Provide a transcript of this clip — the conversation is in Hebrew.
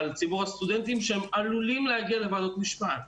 על ציבור הסטודנטים שהם עלולים להגיע לוועדות משמעת.